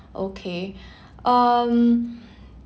okay um